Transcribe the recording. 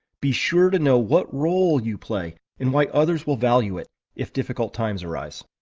be sure to know what role you play and why others will value it if difficult times arise.